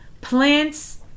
Plants